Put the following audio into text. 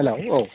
hello औ